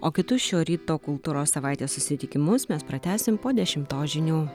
o kitus šio ryto kultūros savaitės susitikimus mes pratęsim po dešimtos žinių